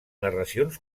narracions